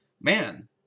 man